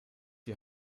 die